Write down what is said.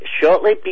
Shortly